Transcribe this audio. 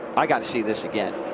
i got to see this again.